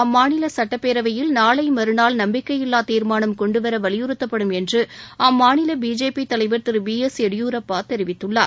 அம்மாநில சட்டப்பேரவையில் நாளை மறுநாள் நம்பிக்கையில்லா தீர்மானம் கொண்டுவர வலியுறுத்தப்படும் என்று அம்மாநில பிஜேபி தலைவர் திரு பி எஸ் எடியூரப்பா தெரிவித்தார்